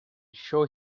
show